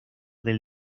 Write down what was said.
del